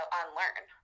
unlearn